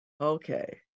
Okay